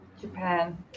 Japan